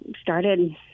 started